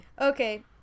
Okay